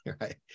right